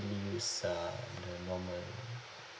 really use uh the normal